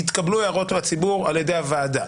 יתקבלו הערות הציבור על ידי הוועדה.